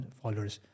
followers